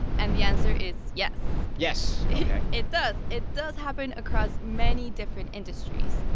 and the answer is yes yes yeah it does. it does happen across many different industries.